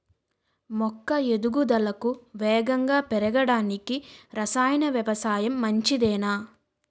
మొక్క ఎదుగుదలకు వేగంగా పెరగడానికి, రసాయన వ్యవసాయం మంచిదేనా?